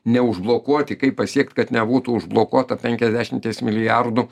neužblokuoti kaip pasiekt kad nebūtų užblokuota penkiasdešimties milijardų